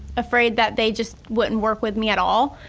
afraid that they just wouldn't work with me at all